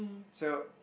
so